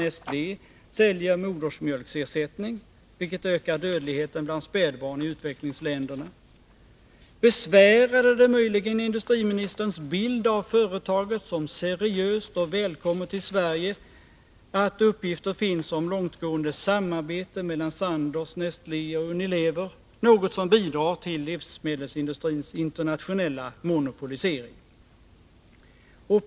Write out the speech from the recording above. Nestlé säljer modersmjölksersättning, som ökar dödligheten bland spädbarn i utvecklingsländerna? Besvärade det möjligen industriministerns bild av företaget som seriöst och välkommet till Sverige att det finns uppgifter om långtgående samarbete mellan Sandoz, Nestlé och Unilever — något som bidrar till livsmedelsindustrins internationella monopolisering?